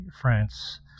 France